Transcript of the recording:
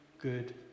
good